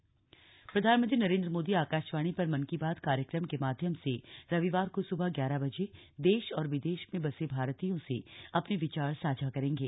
मन की बात प्रधानमंत्री नरेंद्र मोदी आकाशवाणी पर मन की बात कार्यक्रम के माध्यम से रविवार को सुबह ग्यारह बजे देश और विदेश में बसे भारतीयों से अपने विचार साझा करेंगे